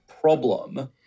problem